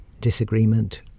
disagreement